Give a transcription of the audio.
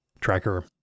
Tracker